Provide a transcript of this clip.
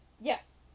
Yes